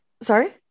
sorry